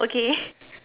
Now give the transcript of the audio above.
okay